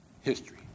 History